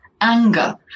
anger